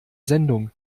sendung